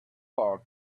world